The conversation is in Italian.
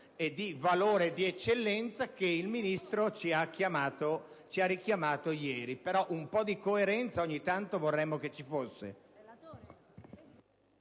di valore e di eccellenza che il Ministro ha richiamato ieri. Un po' di coerenza ogni tanto vorremmo che ci fosse!